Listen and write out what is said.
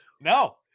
No